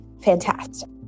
fantastic